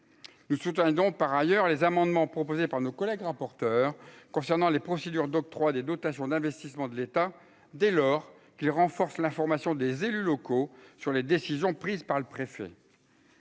le scrutin dont par ailleurs les amendements proposés par nos collègues rapporteurs concernant les procédures d'octroi des doutes ont d'investissement de l'État, dès lors qu'il renforce l'information des élus locaux sur les décisions prises par le préfet.